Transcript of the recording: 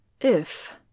If